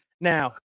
Now